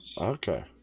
okay